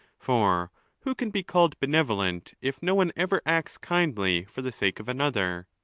for who can be called benevolent, if no one ever acts kindly for the sake of another